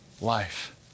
life